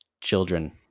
Children